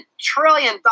trillion